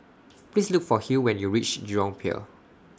Please Look For Hill when YOU REACH Jurong Pier